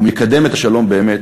ואם הוא יקדם את השלום באמת,